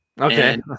Okay